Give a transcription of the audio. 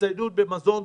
הצטיידות במזון,